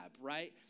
right